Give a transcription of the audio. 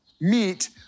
meet